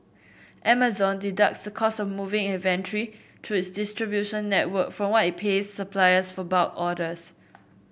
Amazon deducts the cost of moving inventory through its distribution network from what it pays suppliers for bulk orders